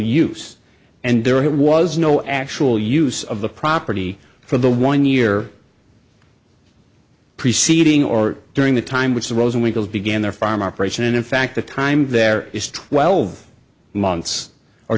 use and there was no actual use of the property for the one year preceding or during the time which the rosenwinkel began their farm operation and in fact the time there is twelve months or